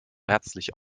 herzlich